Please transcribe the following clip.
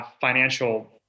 financial